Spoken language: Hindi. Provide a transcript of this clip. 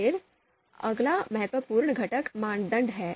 फिर अगला महत्वपूर्ण घटक मानदंड है